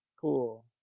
cool